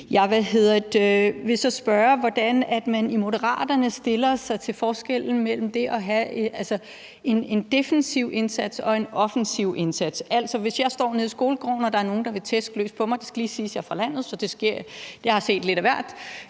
Jeg vil så spørge, hvordan man i Moderaterne stiller sig i forhold til forskellen mellem det at have en defensiv indsats og det at have en offensiv indsats, altså, hvis jeg står nede i skolegården og der er nogen, der vil tæske løs på mig, og der vil jeg lige sige, at jeg er fra landet, så jeg har set lidt af hvert,